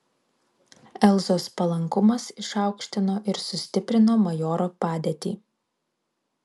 elzos palankumas išaukštino ir sustiprino majoro padėtį